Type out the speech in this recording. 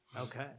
Okay